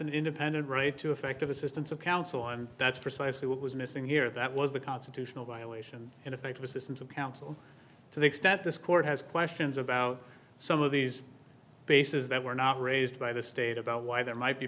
an independent right to effective assistance of counsel and that's precisely what was missing here that was the constitutional violation ineffective assistance of counsel to the extent this court has questions about some of these bases that were not raised by the state about why there might be